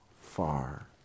far